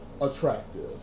attractive